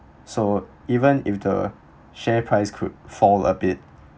so even if the share price could fall a bit